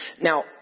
Now